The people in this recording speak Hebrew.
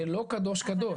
זה לא קדוש קדוש,